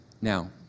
Now